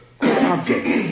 Objects